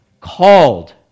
Called